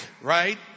right